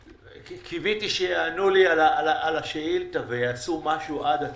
קיוויתי שיענו לי על השאילתה ויעשו משהו עד עתה.